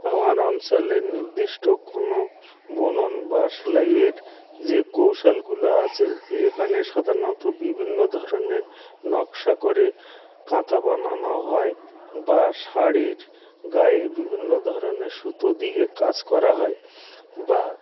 আমার অঞ্চলের নির্দিষ্ট কোনো বুনন বা সেলাইয়ের যে কৌশলগুলো আছে এইখানে সাধারণত বিভিন্ন ধরনের নকশা করে কাঁথা বানানো হয় বা শাড়ির গায়ে বিভিন্ন ধরনের সুতো দিয়ে কাজ করা হয় বা